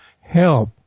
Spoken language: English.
help